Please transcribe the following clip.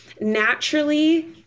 naturally